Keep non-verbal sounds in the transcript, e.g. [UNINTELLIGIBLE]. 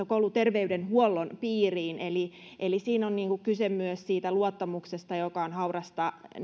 [UNINTELLIGIBLE] kouluterveydenhuollon piiriin eli eli siinä on myös kyse siitä luottamuksesta joka on haurasta